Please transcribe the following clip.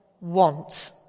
want